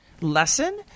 lesson